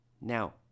Now